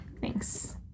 Thanks